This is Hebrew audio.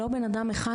לא בן אדם אחד,